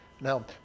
Now